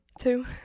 Two